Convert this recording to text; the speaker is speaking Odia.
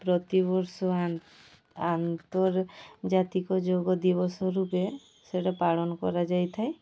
ପ୍ରତି ବର୍ଷ ଆନ୍ତର୍ଜାତିକ ଯୋଗ ଦିବସ ରୂପେ ସେଇଟା ପାଳନ କରାଯାଇଥାଏ